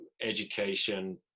education